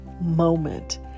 moment